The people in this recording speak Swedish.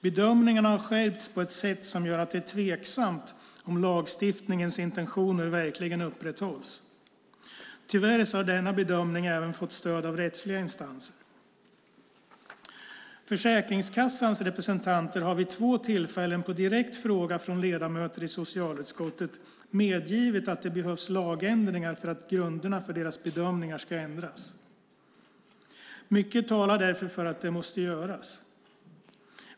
Bedömningarna har skärpts på ett sätt som gör att det är tveksamt om lagstiftningens intentioner verkligen upprätthålls. Tyvärr har denna bedömning även fått stöd av rättsliga instanser. Försäkringskassans representanter har vid två tillfällen på direkt fråga från ledamöter i socialutskottet medgivit att det behövs lagändringar för att grunderna för deras bedömningar ska ändras. Mycket talar därför för att det måste göras.